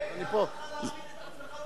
כרמל,